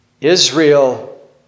Israel